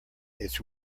its